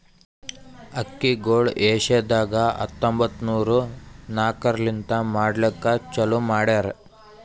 ಅಕ್ಕಿಗೊಳ್ ಏಷ್ಯಾದಾಗ್ ಹತ್ತೊಂಬತ್ತು ನೂರಾ ನಾಕರ್ಲಿಂತ್ ಮಾಡ್ಲುಕ್ ಚಾಲೂ ಮಾಡ್ಯಾರ್